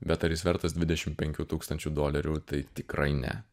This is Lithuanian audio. bet ar jis vertas dvidešim penkių tūkstančių dolerių tai tikrai ne